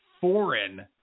foreign